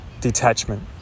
detachment